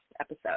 episode